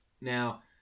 Now